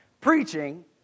preaching